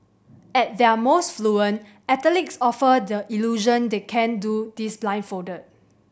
at their most fluent athletes offer the illusion they can do this blindfolded